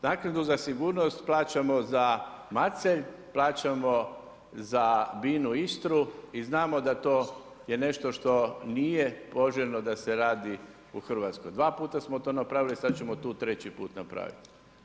Naknadu za sigurnost plaćamo za Macelj, plaćamo za Binu Istru i znamo da to je nešto što nije poželjno da se radi u Hrvatskoj, dva puta smo to napravili, sad ćemo tu treći put napravit.